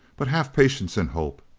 but have patience and hope,